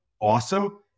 awesome